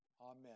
Amen